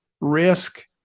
risk